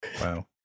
Wow